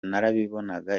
narabibonaga